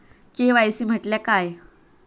KYC म्हटल्या काय?